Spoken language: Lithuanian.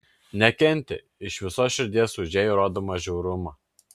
nekentė iš visos širdies už jai rodomą žiaurumą